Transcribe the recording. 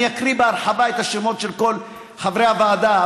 אני אקריא בהרחבה את השמות של כל חברי הוועדה,